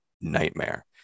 nightmare